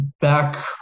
back